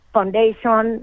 Foundation